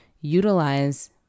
utilize